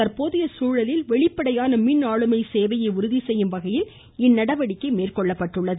தந்போதைய சூழலில் வெளிப்படையான மின் உறுதிசெய்யும் வகையில் இந்நடவடிக்கை மேற்கொள்ளப்பட்டுள்ளது